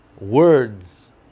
Words